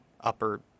upper